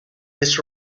this